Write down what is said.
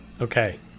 Okay